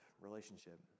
relationship